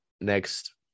next